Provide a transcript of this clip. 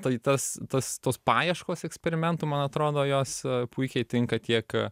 tai tas tas tos paieškos eksperimentų man atrodo jos puikiai tinka tiek